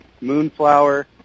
Moonflower